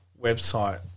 website